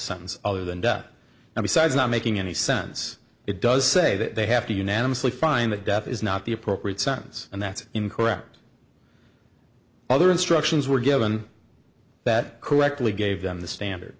sentence other than death and besides not making any sense it does say that they have to unanimously find that death is not the appropriate sons and that's incorrect other instructions were given that correctly gave them the standard